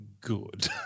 good